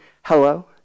Hello